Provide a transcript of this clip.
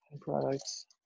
Products